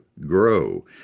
GROW